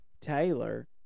Taylor –